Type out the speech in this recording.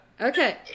Okay